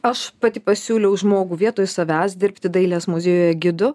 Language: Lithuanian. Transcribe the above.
aš pati pasiūliau žmogų vietoj savęs dirbti dailės muziejuje gidu